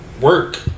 work